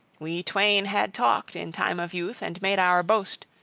we twain had talked, in time of youth, and made our boast,